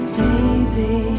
baby